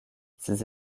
ces